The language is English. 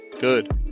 good